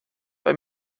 bei